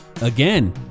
Again